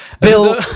Bill